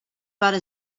pare